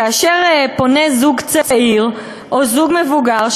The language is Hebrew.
כאשר פונה זוג צעיר או זוג מבוגר,